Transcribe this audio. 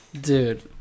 Dude